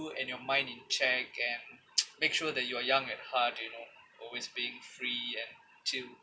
and your mind in check and make sure that you are young at heart you know always being free and to